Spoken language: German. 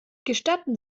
gestatten